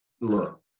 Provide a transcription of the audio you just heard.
look